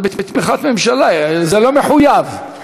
זה בתמיכת ממשלה, זה לא מחויב.